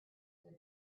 their